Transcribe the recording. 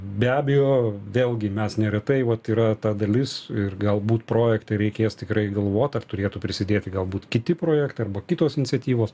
be abejo vėlgi mes neretai vat yra ta dalis ir galbūt projekte reikės tikrai galvot ar turėtų prisidėti galbūt kiti projektai arba kitos iniciatyvos